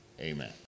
amen